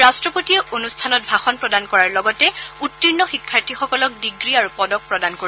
ৰাষ্ট্ৰপতিয়ে অনুষ্ঠানত ভাষণ প্ৰদান কৰাৰ লগতে উত্তীৰ্ণ শিক্ষাৰ্থীসকলক ডিগ্ৰী আৰু পদক প্ৰদান কৰিব